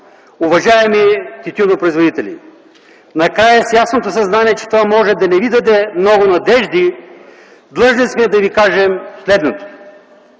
Уважаеми тютюнопроизводители, накрая с ясното съзнание, че това може да не ви даде много надежди, длъжни сме да ви кажем следното: